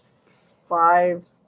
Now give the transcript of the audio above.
five